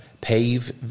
pave